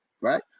right